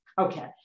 Okay